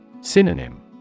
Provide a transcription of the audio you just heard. Synonym